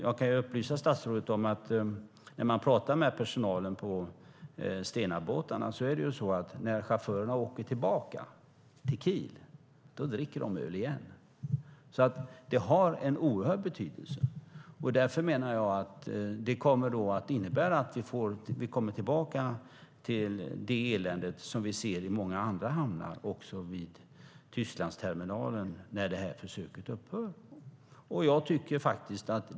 Jag kan upplysa statsrådet om att personalen på Stenabåtarna berättar att när chaufförerna åker tillbaka till Kiel dricker de öl. Nykterhetskontrollen har därför en oerhörd betydelse, och jag menar att vi kommer att få tillbaka det elände vi ser i andra hamnar - och också kommer att se i Tysklandsterminalen - när försöket upphör.